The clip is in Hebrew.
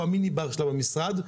איפה המיני-בר שלה במשרד,